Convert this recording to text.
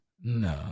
No